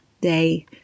day